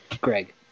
Greg